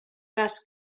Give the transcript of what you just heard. cas